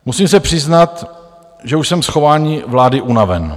Musím se přiznat, že už jsem z chování vlády unaven.